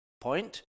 point